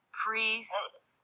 priests